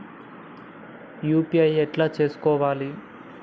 UPI ఎట్లా చేసుకోవాలి?